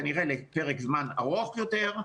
כנראה לפרק זמן ארוך יותר.